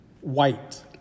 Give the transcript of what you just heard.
white